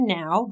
now